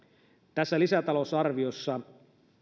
tässä lisätalousarviossa